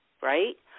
right